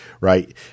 right